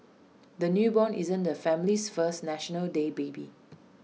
the newborn isn't the family's first National Day baby